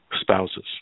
spouses